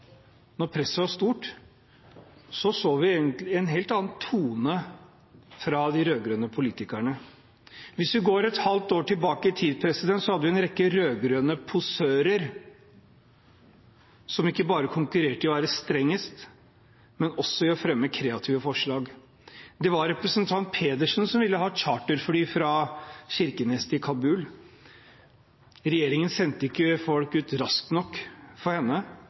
presset var stort, hørte vi noe helt annet fra de rød-grønne politikerne. Hvis vi går et halvt år tilbake i tid, hadde vi en rekke rød-grønne posører som ikke bare konkurrerte i å være strengest, men også i å fremme kreative forslag. Det var representant Pedersen som ville ha charterfly fra Kirkenes til Kabul. Regjeringen sendte ikke folk ut raskt nok for henne.